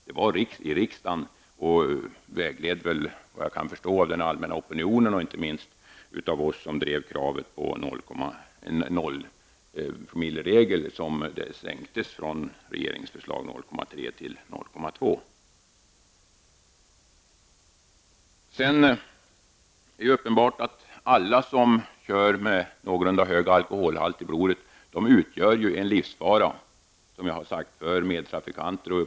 Det var i riksdagen -- och såvitt jag förstår väglett av den allmänna opinionen och inte minst av oss som drev kravet på en nollpromillegräns -- som gränsen sänktes från 0,3 Det är uppenbart att alla som kör med någorlunda hög alkoholhalt i blodet utgör livsfara för medtrafikanter.